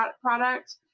product